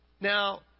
Now